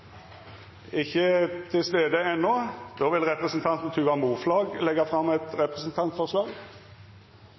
ikkje til stades i salen. Representanten Tuva Moflag vil leggja fram eit representantforslag.